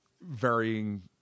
varying